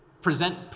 present